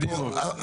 בדיוק.